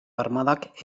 armadak